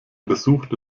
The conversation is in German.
besuchte